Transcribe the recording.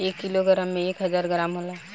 एक किलोग्राम में एक हजार ग्राम होला